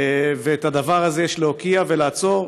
ואת הדבר הזה יש להוקיע ולעצור,